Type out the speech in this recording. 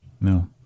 No